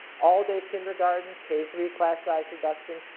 all-day kindergarten, k three class-size reduction,